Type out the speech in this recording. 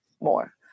more